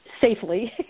safely